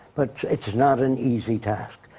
but it's not an easy task,